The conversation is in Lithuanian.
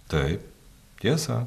tai tiesa